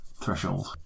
threshold